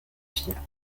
filles